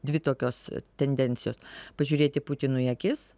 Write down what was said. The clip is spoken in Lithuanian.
dvi tokios tendencijos pažiūrėti putinui į akis